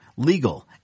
legal